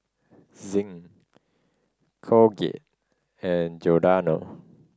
Zinc Colgate and Giordano